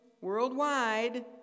worldwide